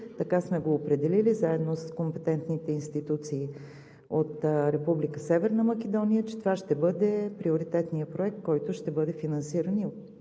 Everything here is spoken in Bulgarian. така сме го определили, заедно с компетентните институции от Република Северна Македония, че това ще бъде приоритетният проект, който ще бъде финансиран и от двете